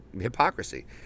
hypocrisy